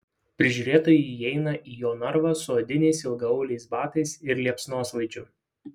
prižiūrėtojai įeina į jo narvą su odiniais ilgaauliais batais ir liepsnosvaidžiu